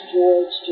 George